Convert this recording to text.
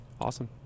awesome